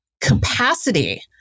capacity